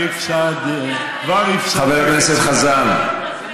אני כבר הפסדתי חצי דקה.